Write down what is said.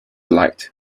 light